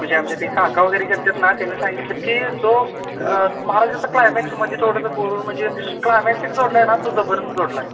म्हणजे आमच्या ते काका वगैरे गेले होते ना त्याने सांगितलं की जो महाराजाचा क्लायमॅक्समध्ये थोडंसं बोरून म्हणजे क्लायमॅक्स एक जोडला आहे ना तो जबरदस्त जोडला आहे